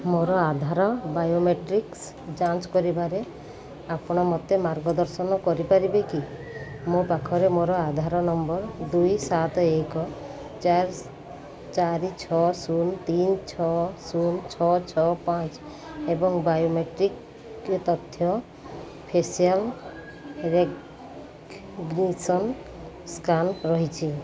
ମୋର ଆଧାର ବାୟୋମେଟ୍ରିକ୍ସ ଯାଞ୍ଚ କରିବାରେ ଆପଣ ମୋତେ ମାର୍ଗଦର୍ଶନ କରିପାରିବେ କି ମୋ ପାଖରେ ମୋର ଆଧାର ନମ୍ବର ଦୁଇ ସାତ ଏକ ଚାରି ଛଅ ଶୂନ ତିନି ଛଅ ଶୂନ ଛଅ ଛଅ ଛଅ ପାଞ୍ଚ ଏବଂ ବାୟୋମେଟ୍ରିକ୍ ତଥ୍ୟ ଫେସିଆଲ୍ ରେକଗ୍ନେସନ୍ ସ୍କାନ୍ ରହିଛି